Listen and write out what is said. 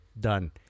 done